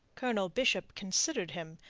colonel bishop considered him.